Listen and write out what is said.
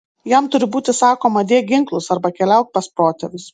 jam turi būti sakoma dėk ginklus arba keliauk pas protėvius